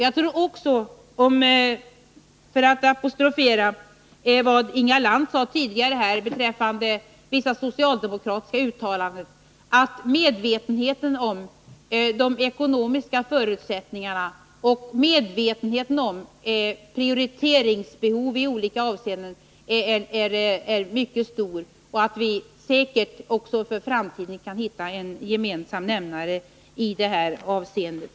Jag tror också, för att apostrofera vad Inga Lantz sade tidigare beträffande vissa socialdemokratiska uttalanden, att medvetenheten om de ekonomiska förutsättningarna och medvetenheten om prioriteringsbehoven är mycket stora och att vi säkert också för framtiden kan hitta en gemensam nämnare i det här avseendet.